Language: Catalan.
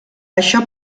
això